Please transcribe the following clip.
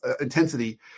intensity